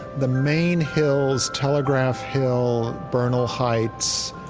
the main hills, telegraph hill, bernal heights,